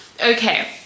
Okay